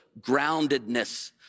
groundedness